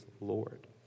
Lord